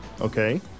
Okay